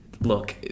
look